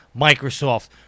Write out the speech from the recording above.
Microsoft